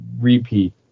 repeat